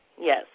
Yes